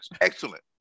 excellent